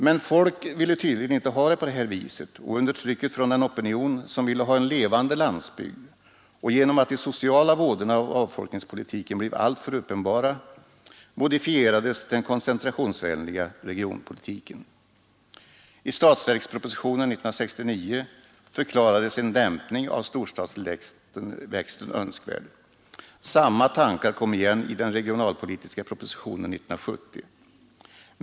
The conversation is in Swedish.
Men folk ville tydligen inte ha det på det här viset, och under trycket från den opinion som ville ha en levande landsbygd och genom att de sociala vådorna av avfolkningspolitiken blev alltför uppenbara modifierades den koncentrationsvänliga regionpolitiken. I statsverkspropositionen 1969 förklarades en dämpning av storstadstillväxten önskvärd. Samma tankar kom igen i den regionalpolitiska propositionen 1970.